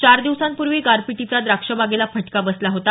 चार दिवसांपूर्वी गारपिटीचा द्राक्ष बागेला फटका बसला होता